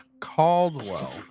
Caldwell